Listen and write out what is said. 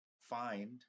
find